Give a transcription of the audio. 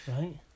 right